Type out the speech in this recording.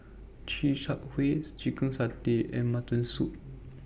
Chi Kak Kuih Chicken Satay and Mutton Soup